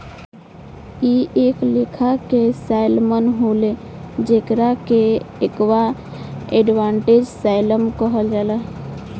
इ एक लेखा के सैल्मन होले जेकरा के एक्वा एडवांटेज सैल्मन कहाला